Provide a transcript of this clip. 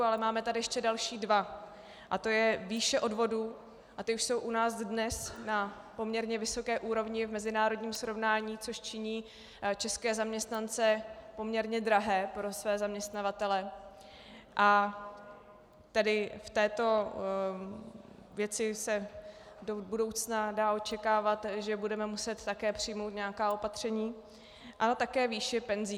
Ale máme tady ještě další dva, a to je výše odvodů a ty už jsou u nás dnes na poměrně vysoké úrovni v mezinárodním srovnání, což činí české zaměstnance poměrně drahé pro své zaměstnavatele, a tedy v této věci se do budoucna dá očekávat, že budeme muset také přijmout nějaká opatření , ale také výši penzí.